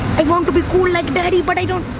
i want to be cool like daddy but i don't.